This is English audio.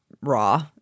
raw